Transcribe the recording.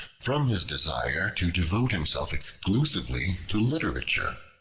from his desire to devote himself exclusively to literature.